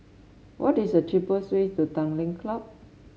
what is the cheapest way to Tanglin Club